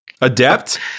adept